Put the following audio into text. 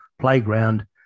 playground